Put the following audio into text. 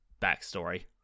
backstory